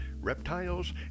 reptiles